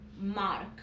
mark